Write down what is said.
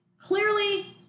Clearly